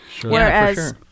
Whereas